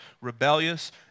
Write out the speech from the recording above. rebellious